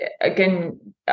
again